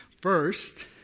First